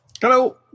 Hello